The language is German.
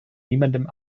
niemandem